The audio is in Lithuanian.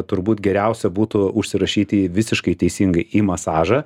turbūt geriausia būtų užsirašyti į visiškai teisingai į masažą